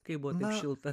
kai buvo šilta